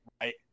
Right